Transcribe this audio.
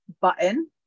button